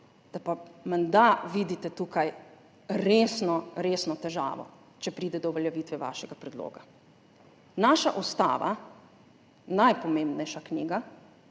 da pa menda vidite tukaj resno resno težavo, če pride do uveljavitve vašega predloga. Naša ustava, najpomembnejša knjiga